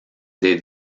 des